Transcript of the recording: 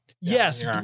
Yes